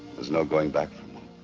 there's no going back from